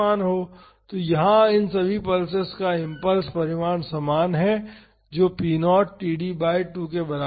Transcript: तो यहाँ इन सभी पल्सेस का इम्पल्स परिमाण समान है जो p 0 td बाई 2 के बराबर है